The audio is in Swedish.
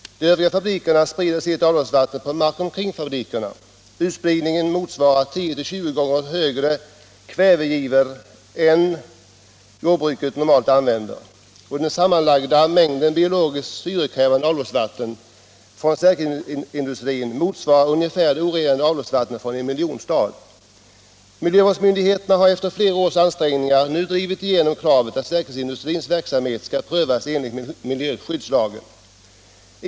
De övriga fabrikerna sprider ut sitt avloppsvatten på mark runt omkring fabrikerna. Utspridningen motsvarar 10-20 gånger högre kvävegivor än jordbruket normalt använder. Den sammanlagda mängden biologiskt syrekrävande avloppsvatten från stärkelseindustrin motsvarar ungefär det orenade avloppsvattnet från en miljonstad. Miljövårdsmyndigheterna har efter flera års ansträngningar nu drivit igenom kravet att stärkelseindustrins verksamhet skall prövas enligt miljöskyddslagen.